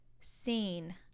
seen